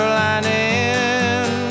lining